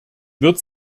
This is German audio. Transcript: wird